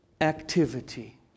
activity